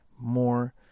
more